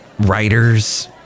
Writers